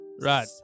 Right